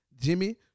Jimmy